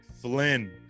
Flynn